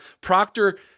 Proctor